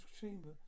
chamber